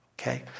Okay